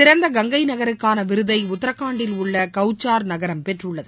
சிறந்த கங்கை நகருக்கான விருதை உத்தரகாண்டில் உள்ள கவுச்சார் நகரம் பெற்றுள்ளது